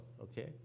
okay